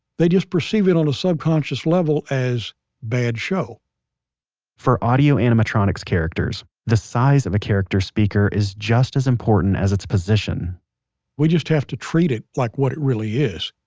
they just perceive it on a subconscious level as bad show for audio-animatronics characters, the size of a character's speaker is just as important as its position we just have to treat it like what it really is.